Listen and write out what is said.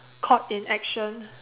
caught in action